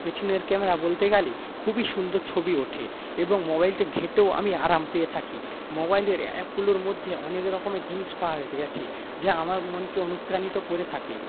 পেছনের ক্যামেরা বলতে গেলে খুবই সুন্দর ছবি ওঠে এবং মোবাইলটা ঘেঁটেও আরাম পেয়ে থাকি মোবাইলের অ্যাপগুলোর মধ্যে অনেক রকমের জিনিস পাওয়া গেছে যা আমাদের মনকে অনুপ্রাণিত করে থাকে